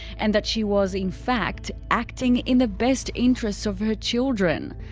and that she was, in fact, acting in the best interests of her children.